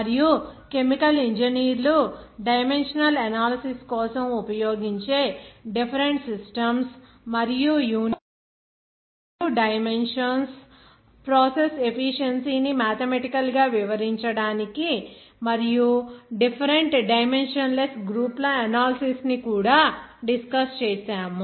మరియు కెమికల్ ఇంజనీర్లు dimensional analysis కోసం ఉపయోగించే డిఫెరెంట్ సిస్టమ్స్ మరియు యూనిట్లు మరియు డైమెన్షన్స్ ప్రాసెస్ ఎఫీషియెన్సీ ని మాథెమెటికల్ గా వివరించడానికి మరియు డిఫెరెంట్ డైమెన్షన్ లెస్ గ్రూపుల అనాలిసిస్ ను కూడా డిస్కస్ చేసాము